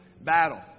battle